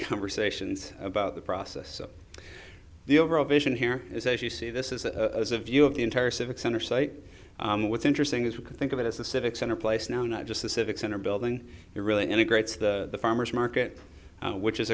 conversations about the process the overall vision here is as you see this is a view of the entire civic center site and what's interesting is we can think of it as a civic center place now not just the civic center building here really integrates the farmer's market which is